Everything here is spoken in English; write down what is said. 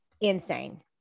insane